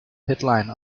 headline